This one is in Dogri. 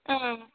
हां